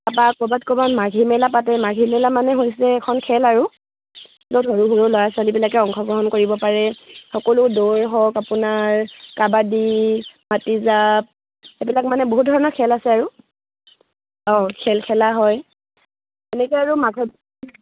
তাৰপৰা ক'ৰবাত ক'ৰবাত মাঘী মেলা পাতে মাঘী মেলা মানে হৈছে এখন খেল আৰু য'ত সৰু সৰু ল'ৰা ছোৱালীবিলাকে অংশগ্ৰহণ কৰিব পাৰে সকলো দৈ হওক আপোনাৰ কাবাডী মাটি জাঁপ এইবিলাক মানে বহুত ধৰণৰ খেল আছে আৰু অঁ খেল খেলা হয় তেনেকৈ আৰু মাঘৰ